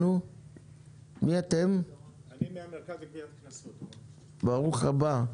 אני אגלה סוד לוועדה.